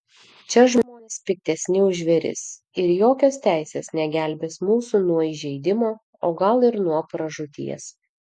čia žmonės piktesni už žvėris ir jokios teisės negelbės mūsų nuo įžeidimo o gal ir nuo pražūties